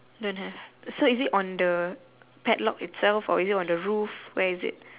don't have so is it on the padlock itself or is it on the roof where is it